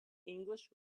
english